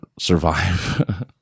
survive